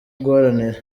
guharanira